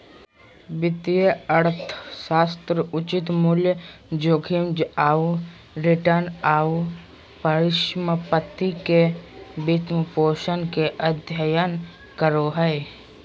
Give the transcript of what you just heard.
वित्तीय अर्थशास्त्र उचित मूल्य, जोखिम आऊ रिटर्न, आऊ परिसम्पत्ति के वित्तपोषण के अध्ययन करो हइ